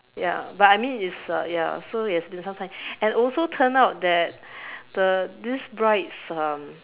ya but I mean it's uh ya so it has been some time and also it turn out that the this bride's uh